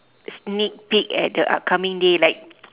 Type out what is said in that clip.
sneak peep at the upcoming day like